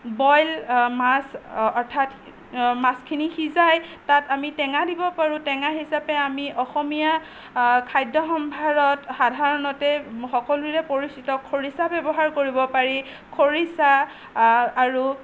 boil মাছ অৰ্থাৎ মাছখিনি সিজাই তাত আমি টেঙা দিব পাৰোঁ টেঙা হিচাপে আমি অসমীয়া খাদ্য সম্ভাৰত সাধাৰণতে সকলোৰে পৰিচিত খৰিচা ব্যৱহাৰ কৰিব পাৰি খৰিচা আৰু